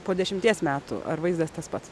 po dešimties metų ar vaizdas tas pats